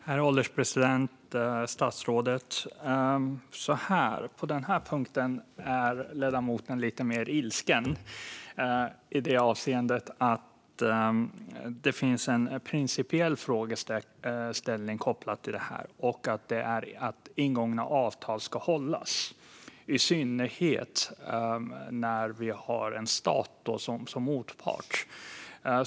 Herr ålderspresident och statsrådet! På denna punkt är ledamoten lite mer ilsken i det avseendet att det finns en principiell frågeställning kopplad till detta. Det handlar om att ingångna avtal ska hållas, i synnerhet när vi har en stat som motpart.